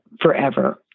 forever